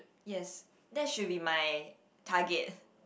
yes that should be my target